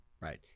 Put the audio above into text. right